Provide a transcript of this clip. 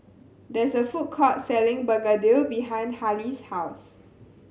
there is a food court selling Begedil behind Hali's house